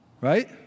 right